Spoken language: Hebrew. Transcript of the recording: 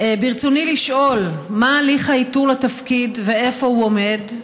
ברצוני לשאול: 1. מה הליך האיתור לתפקיד ואיפה הוא עומד?